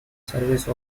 service